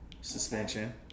suspension